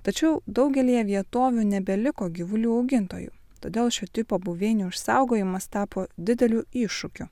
tačiau daugelyje vietovių nebeliko gyvulių augintojų todėl šio tipo buveinių išsaugojimas tapo dideliu iššūkiu